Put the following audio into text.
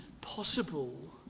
possible